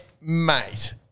mate